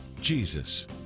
Jesus